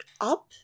up